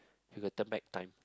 you could turn back time